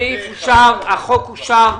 הצבעה אושרה הסעיף אושר, החוק אושר.